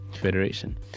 Federation